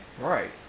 right